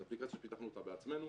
זה אפליקציה שפיתחנו אותה בעצמנו